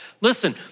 Listen